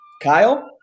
Kyle